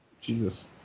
Jesus